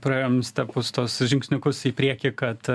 praėjom stepus tuos žingsniukus į priekį kad